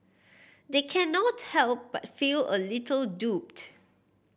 they cannot help but feel a little duped